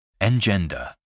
Engender